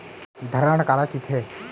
धरण काला कहिथे?